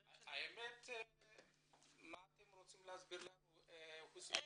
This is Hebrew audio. האמת, מה אתם רוצים להסביר לנו חוץ מזה?